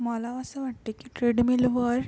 मला असं वाटते की ट्रेडमिलवर